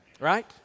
Right